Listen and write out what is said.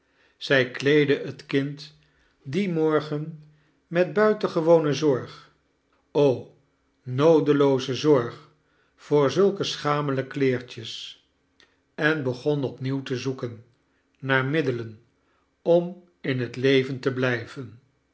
zij kleectae net kind dien morgen met buitengewone zorg o noodelooze zorg voor zulke sohamele kleertjes en begon opnieuw te zoeken naar mdddelen om in het leven te blijveix